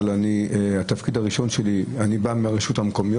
אבל התפקיד הראשון שלי היה ברשויות המקומיות,